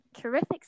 terrific